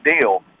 deal